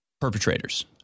perpetrators